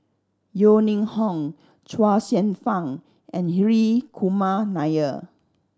Yeo Ning Hong Chuang Hsueh Fang and Hri Kumar Nair